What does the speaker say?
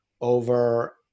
over